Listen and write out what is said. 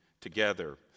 together